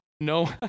no